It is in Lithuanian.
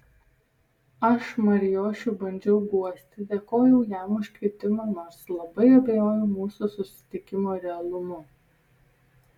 aš marijošių bandžiau guosti dėkojau jam už kvietimą nors labai abejojau mūsų susitikimo realumu